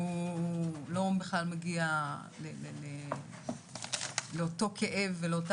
הוא לא בכלל מגיע לאותו כאב ולאותה